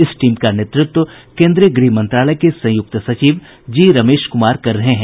इस टीम का नेतृत्व केन्द्रीय गृह मंत्रालय के संयुक्त सचिव जी रमेश कुमार कर रहे हैं